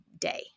day